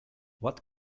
what